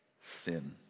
Sin